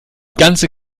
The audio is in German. ganze